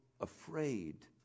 afraid